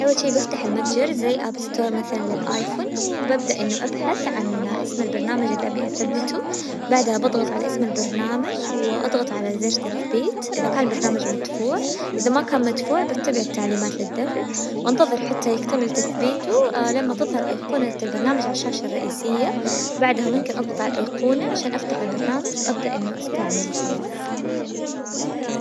اول شي بفتح المتجر زي اب ستور مثلا للايفون وببدأ انه ابحث عن اسم البرنامج اللي ابي اثبته، بعدها بضغط على اسم البرنامج واضغط على زر تثبيت اذا كان البرنامج مدفوع، اذا ما كان مدفوع بتبعي التعليمات للدفع، وانتظر حتى يكتمل، لما تظهر ايقونة البرنامج عالشاشة الرئيسية، بعدها ممكن اضغط عالايقونة عشان افتح البرنامج، وابدأ انو استعمل وخلاص.